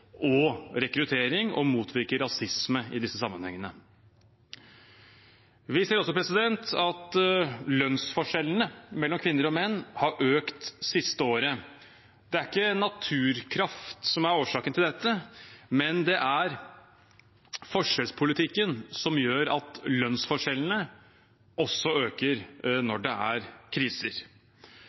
og rekruttering og motvirke rasisme i disse sammenhengene. Vi ser også at lønnsforskjellene mellom kvinner og menn har økt det siste året. Det er ikke naturkraft som er årsaken til dette, men det er forskjellspolitikken som gjør at lønnsforskjellene også øker når det er kriser.